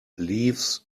leaves